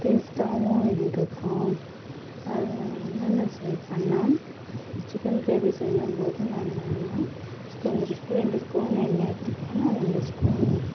டேஸ்ட்டாகவும் இருக்கும் அதில் நான் என்னென்ன சேர்ப்பன்னா சிக்கன் க்ரேவி செய்யும் போது நான் என்ன கொஞ்சம் ரெண்டு ஸ்பூன் எண்ணெய் எடுத்துப்பேன் ரெண்டு ஸ்பூன்